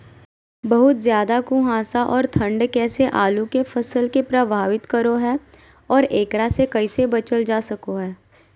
बहुत ज्यादा कुहासा और ठंड कैसे आलु के फसल के प्रभावित करो है और एकरा से कैसे बचल जा सको है?